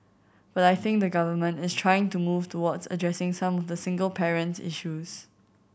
but I think the Government is trying to move towards addressing some of the single parent issues